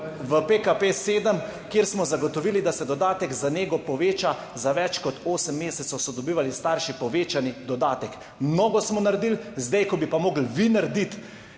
v PKP 7, kjer smo zagotovili, da se dodatek za nego poveča. Za več kot osem mesecev so dobivali starši povečani dodatek. Mnogo smo naredili. Zdaj, ko bi pa morali vi narediti